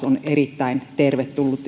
on erittäin tervetullutta